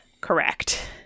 correct